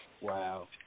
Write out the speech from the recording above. Wow